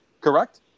Correct